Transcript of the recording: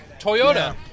Toyota